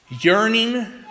Yearning